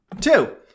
Two